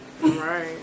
right